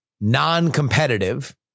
non-competitive